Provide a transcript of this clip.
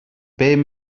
bum